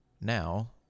Now